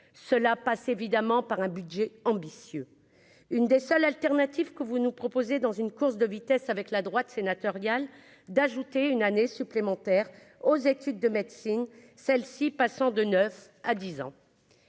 cela passe évidemment par un budget ambitieux, une des seules alternatives que vous nous proposez dans une course de vitesse avec la droite sénatoriale, d'ajouter une année supplémentaire aux études de médecine, celle-ci passant de 9 à 10 ans